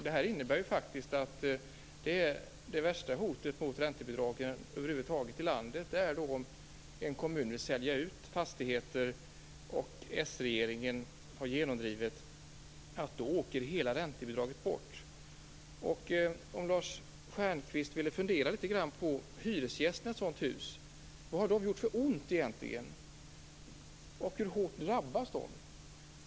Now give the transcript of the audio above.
Det värsta hotet över huvud taget mot räntebidragen i landet är om en kommun vill sälja ut fastigheter och sregeringen då har genomdrivit att hela räntebidraget åker bort. Om Lars Stjernkvist ville fundera litet grand på hyresgästerna i ett sådant hus. Vad har egentligen de gjort för ont, och hur hårt drabbas de?